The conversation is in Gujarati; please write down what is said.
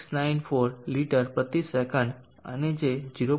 0694 લિટર પ્રતિ સેકન્ડ અને જે 0